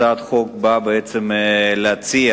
הצעת החוק בעצם באה להציע